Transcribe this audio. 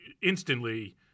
instantly